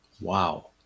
Wow